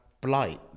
blight